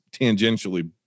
tangentially